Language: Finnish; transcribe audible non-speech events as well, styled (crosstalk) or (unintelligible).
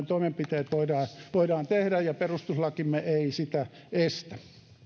(unintelligible) toimenpiteet voidaan voidaan tehdä ja perustuslakimme ei sitä estä